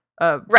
right